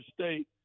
State